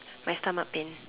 my stomach pain